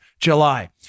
July